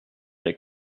avec